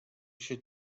should